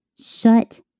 Shut